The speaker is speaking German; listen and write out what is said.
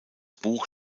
buch